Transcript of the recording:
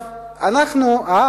אנחנו עם